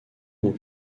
ont